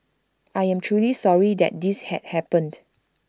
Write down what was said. I am truly sorry that this had happened